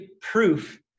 proof